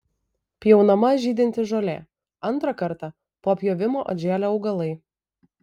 pjaunama žydinti žolė antrą kartą po pjovimo atžėlę augalai